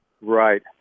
Right